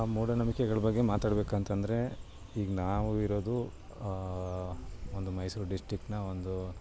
ಆ ಮೂಢನಂಬಿಕೆಗಳ ಬಗ್ಗೆ ಮಾತಾಡ್ಬೇಕು ಅಂತ ಅಂದ್ರೆ ಈಗ ನಾವು ಇರೋದು ಒಂದು ಮೈಸೂರು ಡಿಸ್ಟಿಕ್ನ ಒಂದು